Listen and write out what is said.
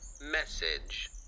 message